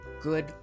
Good